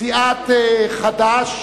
סיעת חד"ש